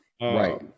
Right